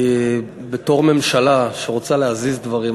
כי בתור ממשלה שרוצה להזיז דברים,